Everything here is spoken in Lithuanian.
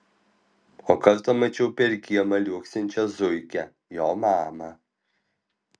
o kartą mačiau per kiemą liuoksinčią zuikę jo mamą